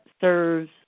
serves